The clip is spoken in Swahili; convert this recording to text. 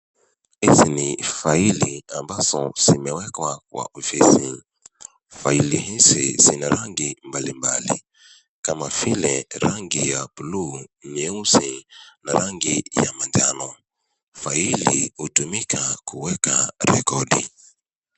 Hizi ni faili ambazo zimewekwa kwa ofisi. Faili hizi zina rangi mbalimbali kama vile rangi ya buluu, nyeusi na rangi ya manjano. Faili hutumika kuweka rekodi.